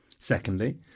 Secondly